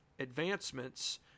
advancements